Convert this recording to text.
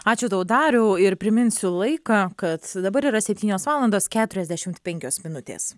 ačiū tau dariau ir priminsiu laiką kad dabar yra septynios valandos keturiasdešimt penkios minutės